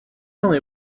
only